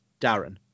Darren